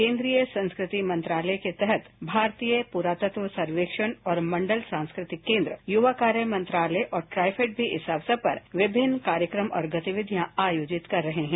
केन्द्रीय संस्कृति मंत्रालय के तहत भारतीय पुरातत्व सर्वेक्षण और मंडल सांस्कृतिक केन्द्र युवा कार्य मंत्रालय और ट्राइफेड भी इस अवसर पर विभिन्न कार्यक्रम और गतिविधियां आयोजित कर रहे हैं